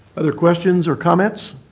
other questions or comments?